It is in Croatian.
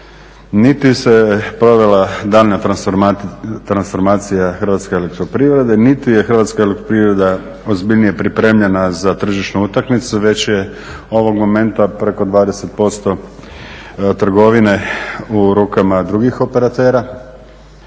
niti se provela daljnja transformacija hrvatske elektroprivrede niti je hrvatska elektroprivreda ozbiljnije pripremljena za tržišnu utakmicu, već je ovog momenta preko 20% trgovine u rukama drugih operatera,